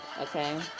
Okay